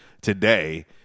today